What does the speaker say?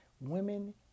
Women